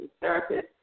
therapist